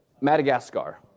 Madagascar